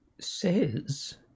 says